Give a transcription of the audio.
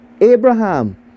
Abraham